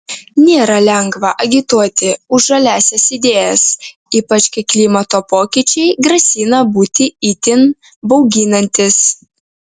nėra lengva agituoti už žaliąsias idėjas ypač kai klimato pokyčiai grasina būti itin bauginantys